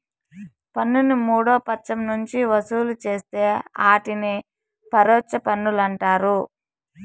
పన్నుని మూడో పచ్చం నుంచి వసూలు చేస్తే ఆటిని పరోచ్ఛ పన్నులంటారు